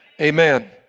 Amen